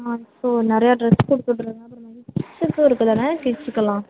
ஆ so நிறையா dress கொடுத்து விட்ருங்க அப்புறமேலு கிட்ஸ்ஸுக்கும் இருக்குதானே கிட்ஸ்ஸுக்கெல்லாம்